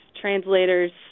translators